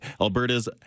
Alberta's